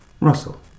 Russell